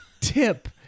tip